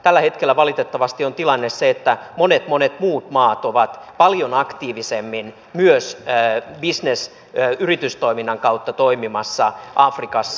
tällä hetkellä valitettavasti on tilanne se että monet monet muut maat ovat paljon aktiivisemmin myös yritystoiminnan kautta toimimassa afrikassa